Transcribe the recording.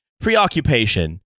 preoccupation